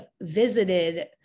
visited